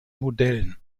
modellen